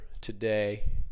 today